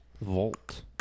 vault